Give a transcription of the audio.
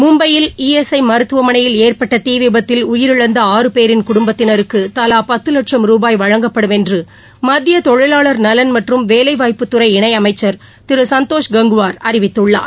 மும்பையில் E S I மருத்துவமனையில் ஏற்பட்ட தீ விபத்தில் உயிரிழந்த ஆறு பேரின் குடும்பத்தினருக்கு தலா பத்து லட்சம் ரூபாய் வழங்கப்படும் என்று மத்திய தொழிவாளர் நலன் மற்றும் வேலைவாய்ப்புத்துறை இணை அமைச்சர் திரு சந்தோஷ் கங்குவார் அறிவித்துள்ளார்